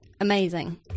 amazing